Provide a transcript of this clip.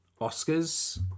Oscars